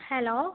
hello